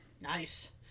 nice